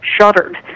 shuddered